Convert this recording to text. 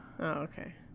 okay